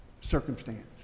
circumstance